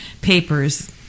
papers